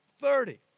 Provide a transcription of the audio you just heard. thirty